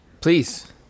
Please